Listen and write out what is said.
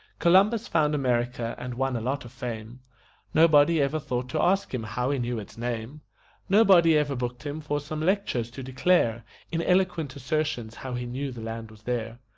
columbus found america and won a lot of fame nobody ever thought to ask him how he knew its name nobody ever booked him for some lectures to declare in eloquent assertions how he knew the land was there.